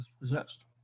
possessed